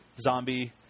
zombie